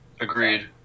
Agreed